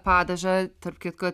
padažą tarp kitko